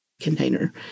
container